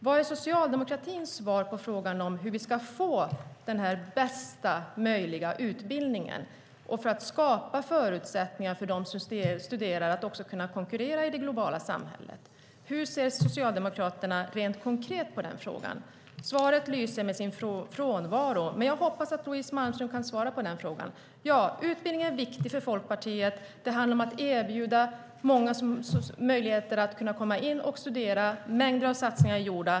Vad är socialdemokratins svar på frågan om hur vi ska få bästa möjliga utbildning och skapa förutsättningar för dem som studerar att kunna konkurrera i det globala samhället? Hur ser Socialdemokraterna rent konkret på den frågan? Svaret lyser med sin frånvaro, men jag hoppas att Louise Malmström kan svara på den frågan. Utbildning är viktigt för Folkpartiet. Det handlar om att erbjuda många möjligheter att komma in och studera. Mängder av satsningar är gjorda.